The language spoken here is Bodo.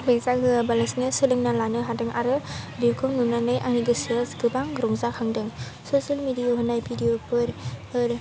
फैसा होआबालासिनो सोलोंना लानो हादों आरो बेखौ नुनानै आंनि गोसोआ गोबां रंजाखांदों ससियेल मेडियायाव होनाय भिडिअफोर